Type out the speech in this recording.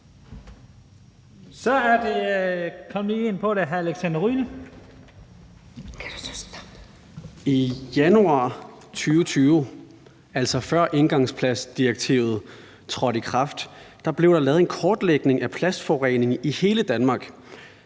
I Januar 2020, altså før engangsplastdirektivet trådte i kraft, blev der lavet en kortlægning af plastforureningen i hele Danmark,